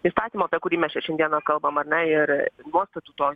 įstatymo apie kurį mes čia šiandieną kalbam ar ne ir nuostatų to